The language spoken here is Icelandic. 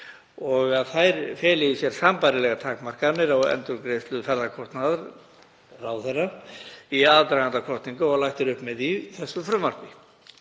að þær feli í sér sambærilegar takmarkanir á endurgreiðslu ferðakostnaðar ráðherra í aðdraganda kosninga og lagt er upp með í þessu frumvarpi.